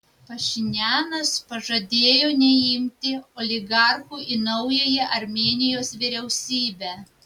pašinianas pažadėjo neimti oligarchų į naująją armėnijos vyriausybę